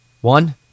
One